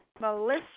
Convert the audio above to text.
Melissa